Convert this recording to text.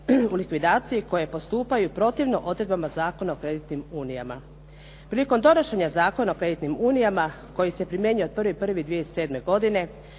u likvidaciji koje postupaju protivno odredbama Zakona o kreditnim unijama. Prilikom donošenja Zakona o kreditnim unijama koji se primjenjuje od 1. 1. 2007. godine